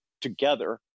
together